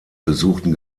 besuchten